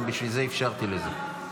גם בשביל זה אפשרתי את זה.